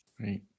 Right